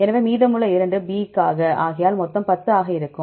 எனவே மீதமுள்ள 2 B க்காக ஆகையால் மொத்தம் 10 ஆக இருக்கும்